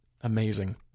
Amazing